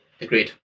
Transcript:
agreed